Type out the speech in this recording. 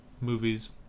movies